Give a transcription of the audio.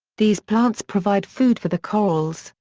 these plants provide food for the corals,